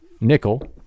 nickel